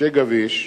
משה גביש,